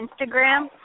Instagram